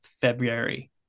February